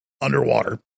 underwater